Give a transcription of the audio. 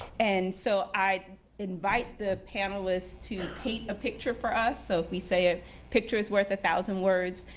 and so i invite the panelists to paint a picture for us. so if we say a picture is worth a thousand words,